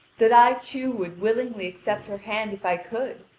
that i too would willingly accept her hand if i could,